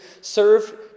serve